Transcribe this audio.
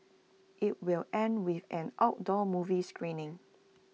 IT will end with an outdoor movie screening